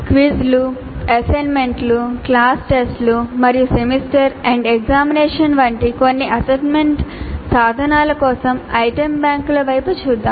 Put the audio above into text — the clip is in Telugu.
క్విజ్లు అసైన్మెంట్లు క్లాస్ టెస్ట్లు మరియు సెమిస్టర్ ఎండ్ ఎగ్జామినేషన్స్ వంటి కొన్ని అసెస్మెంట్ సాధనాల కోసం ఐటెమ్ బ్యాంకుల వైపు చూద్దాం